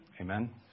Amen